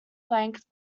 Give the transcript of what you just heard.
flanked